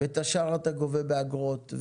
ואת השאר אתה גובה באגרות.